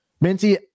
Minty